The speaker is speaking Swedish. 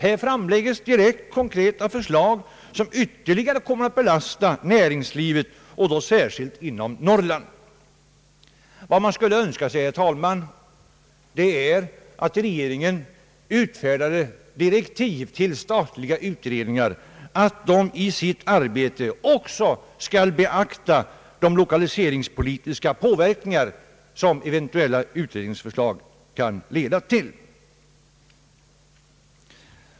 Här framlägges direkt konkreta förslag, vilka ytterligare kommer att belasta näringslivet och då särskilt näringslivet i Norrland. Vad man skulle önska sig, herr talman, är att regering en utfärdar direktiv till statliga utredningar att de i sitt arbete skall beakta även de lokaliseringspolitiska följder som eventuella utredningsförslag kan leda till.